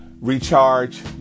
recharge